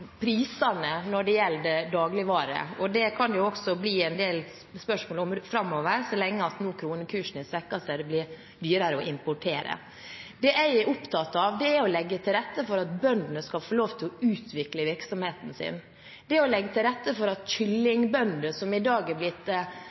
prisene når det gjelder dagligvarer. Det kan det bli en del spørsmål om framover, så lenge kronekursen er svekket og det blir dyrere å importere. Det jeg er opptatt av, er å legge til rette for at bøndene skal få lov til å utvikle virksomheten sin, å legge til rette for at kyllingbøndene, som i dag er blitt